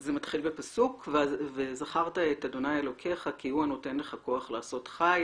זה מתחיל בפסוק: "וזכרת את ה' אלוקיך כי הוא הנותן לך כוח לעשות חיל.